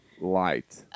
Light